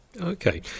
Okay